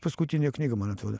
paskutinė knyga man atroda